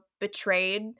betrayed